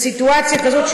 בסיטואציה כזאת,